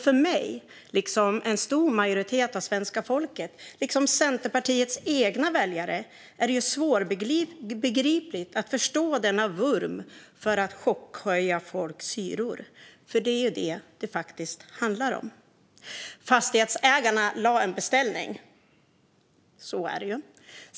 För mig, liksom för en stor majoritet av svenska folket och Centerpartiets egna väljare, är det svårt att förstå denna vurm för att chockhöja folks hyror. För det är det som det faktiskt handlar om. Fastighetsägarna lade en beställning. Så är det.